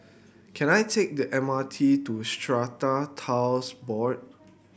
can I take the M R T to Strata Titles Board